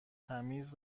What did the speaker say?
تمیز